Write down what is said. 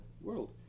world